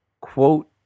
quote